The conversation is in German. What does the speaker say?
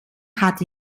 hat